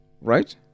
Right